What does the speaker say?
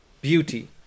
beauty